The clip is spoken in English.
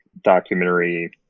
documentary